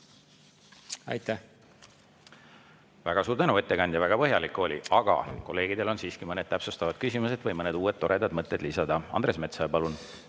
Aitäh! Väga suur tänu, ettekandja! Väga põhjalik oli, aga kolleegidel on siiski mõned täpsustavad küsimused või mõned uued toredad mõtted lisada. Andres Metsoja, palun!